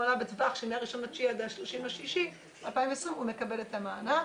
עלה בטווח של מ-1.9 עד 30.6.2020 הוא מקבל את המענק.